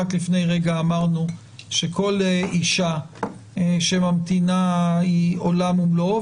רק לפני רגע אמרנו שכל אישה שממתינה היא עולם ומלואו,